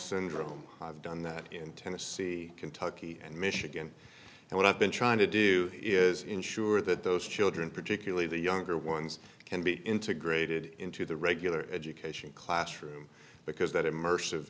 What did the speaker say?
syndrome have done that in tennessee kentucky and michigan and what i've been trying to do is ensure that those children particularly the younger ones can be integrated into the regular education classroom because that immers